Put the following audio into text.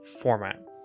format